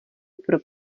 pro